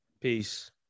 Peace